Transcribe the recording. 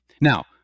Now